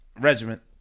regiment